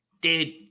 dude